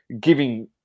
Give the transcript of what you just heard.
Giving